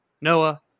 Noah